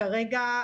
כרגע,